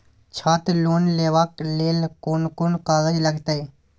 छात्र लोन लेबाक लेल कोन कोन कागज लागतै?